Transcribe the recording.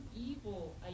evil